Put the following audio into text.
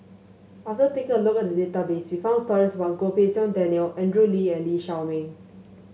after taking a look at the database we found stories about Goh Pei Siong Daniel Andrew Lee and Lee Shao Meng